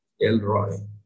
Elroy